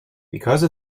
because